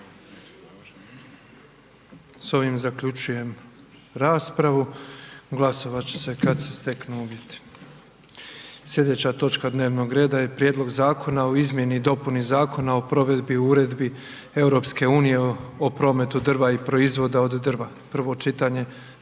S tojim zaključujem raspravu, glasovat ćemo kad se steknu uvjeti. **Jandroković, Gordan (HDZ)** Prijedlog zakona o izmjeni i dopuni Zakona o provedbi Uredbe EU o prometu drva i proizvoda od drva, prvo čitanje,